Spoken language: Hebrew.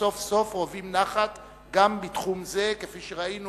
שסוף-סוף רווים נחת גם בתחום זה, כפי שראינו